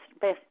best